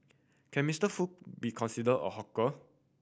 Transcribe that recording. can Mister Foo be considered a hawker